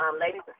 ladies